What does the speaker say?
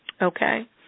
Okay